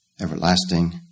everlasting